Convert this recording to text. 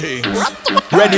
Ready